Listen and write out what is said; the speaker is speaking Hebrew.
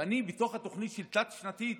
ואני, בתוכנית התלת-שנתית,